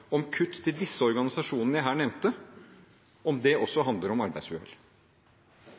om kutt i støtten til de organisasjonene jeg her nevnte, også handler om arbeidsuhell?